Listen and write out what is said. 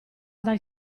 dal